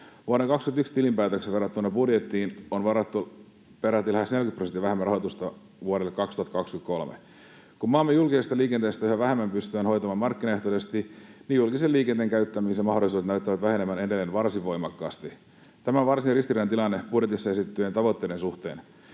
Vuoden 21 tilinpäätökseen verrattuna budjettiin on varattu peräti lähes 40 prosenttia vähemmän rahoitusta vuodelle 2023. Kun maamme julkisesta liikenteestä yhä vähemmän pystytään hoitamaan markkinaehtoisesti, niin julkisen liikenteen käyttämisen mahdollisuudet näyttävät vähenevän edelleen varsin voimakkaasti. Tämä on varsin ristiriitainen tilanne budjetissa esitettyjen tavoitteiden suhteen.